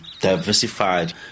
diversified